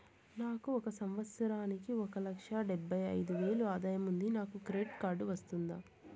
నాకు ఒక సంవత్సరానికి ఒక లక్ష డెబ్బై అయిదు వేలు ఆదాయం ఉంది నాకు క్రెడిట్ కార్డు వస్తుందా?